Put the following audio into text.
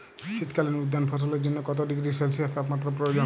শীত কালীন উদ্যান ফসলের জন্য কত ডিগ্রী সেলসিয়াস তাপমাত্রা প্রয়োজন?